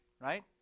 right